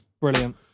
brilliant